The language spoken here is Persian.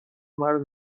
مرز